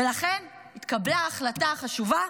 ולכן התקבלה החלטה חשובה: